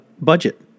budget